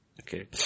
Okay